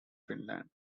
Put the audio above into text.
finland